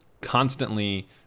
constantly